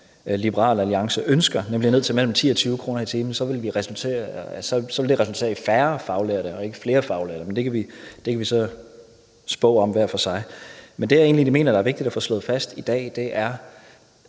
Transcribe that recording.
Liberal Alliance ønsker, nemlig ned til mellem 10 og 20 kr. i timen, så ville det resultere i færre faglærte og ikke flere faglærte, men det kan vi så spå om hver for sig. Men det, jeg egentlig mener det er vigtigt at få slået fast i dag, er,